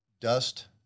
dust